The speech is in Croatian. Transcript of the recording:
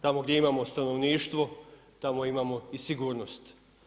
Tamo gdje imamo stanovništvo tamo imamo i sigurnost.